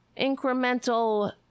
incremental